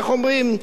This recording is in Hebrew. איך אומרים?